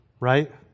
right